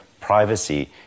privacy